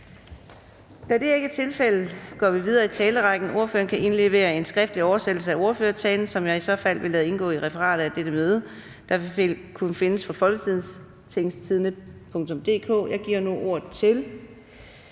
Da det ikke er tilfældet, går vi videre i talerrækken, men ordføreren kan indlevere en skriftlig oversættelse af ordførertalen, som jeg i så fald vil lade indgå i referatet af dette møde, der vil kunne findes på www.folketingstidende.dk. Jeg giver nu ordet til